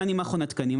אם אני מכון התקנים,